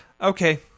okay